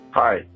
Hi